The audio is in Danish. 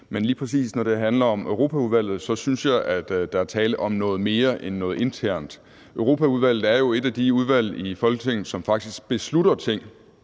men lige præcis når det handler om Europaudvalget, synes jeg der er tale om noget mere end noget internt. Europaudvalget er jo et af de udvalg i Folketinget, som faktisk beslutter ting.